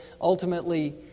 ultimately